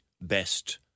best